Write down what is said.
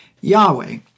Yahweh